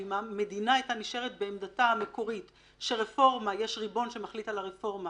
אם המדינה היתה נשארת בעמדתה המקורית שיש ריבון שמחליט על הרפורמה